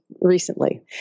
recently